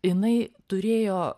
jinai turėjo